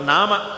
Nama